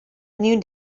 new